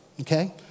Okay